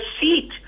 seat